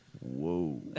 Whoa